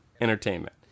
entertainment